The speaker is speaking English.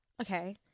Okay